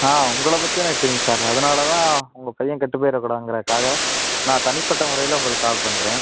ஆ உங்களை பற்றி எனக்கு தெரியும் சார் நான் அதனாலதான் உங்கள் பையன் கெட்டு போயிடக் கூடாதுங்கிறதுக்குக்காக நான் தனிப்பட்ட முறையில உங்களுக்கு கால் பண்ணுறேன்